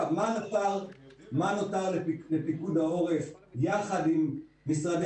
מה נותר בפיקוד העורף יחד עם משרדי